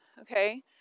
Okay